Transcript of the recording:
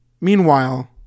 Meanwhile